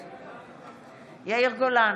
נגד יאיר גולן,